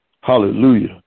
Hallelujah